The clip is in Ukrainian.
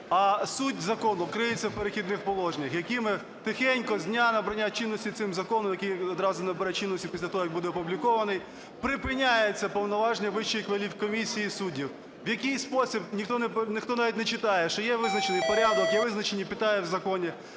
а суть закону криється у "Перехідних положеннях", які ми тихенько, з дня набрання чинності цим законом, який одразу набере чинності після того, як буде опублікований, припиняються повноваження Вищої кваліфкомісії суддів. В який спосіб, ніхто навіть не читає, що є визначений порядок, є визначені... в законі.